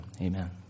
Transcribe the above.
amen